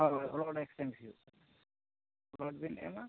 ᱦᱳᱭ blood exchange ᱦᱩᱭᱩᱜ ᱛᱟᱹᱵᱤᱱᱟ ᱵᱞᱟᱰ ᱵᱤᱱ ᱮᱢᱟ